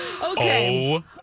Okay